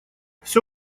всё